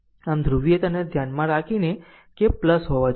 આમ ધ્રુવીયતાને ધ્યાનમાં રાખીને કે હોવા જોઈએ